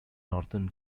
northern